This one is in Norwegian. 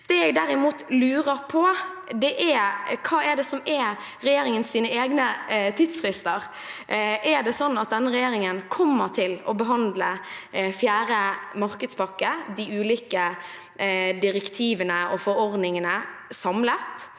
Det jeg derimot lurer på, er: Hva er regjeringens egne tidsfrister? Kommer denne regjeringen til å behandle fjerde energimarkedspakke, de ulike direktivene og forordningene, samlet?